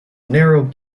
narrow